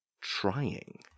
trying